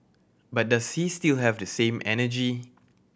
but does he still have the same energy